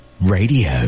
Radio